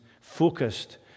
focused